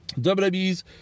WWE's